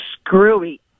screwy